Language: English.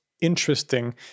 interesting